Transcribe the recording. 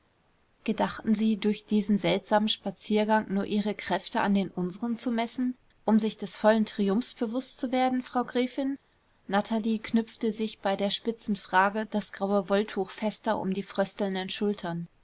gedachten sie durch diesen seltsamen spaziergang nur ihre kräfte an den unseren zu messen um sich des vollen triumphs bewußt zu werden frau gräfin natalie knüpfte sich bei der spitzen frage das graue wolltuch fester um die fröstelnden schultern